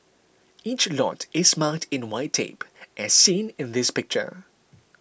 each lot is marked in white tape as seen in this picture